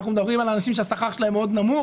אנחנו מדברים על אנשים שהשכר שלהם מאוד נמוך,